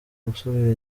gusubira